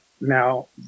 Now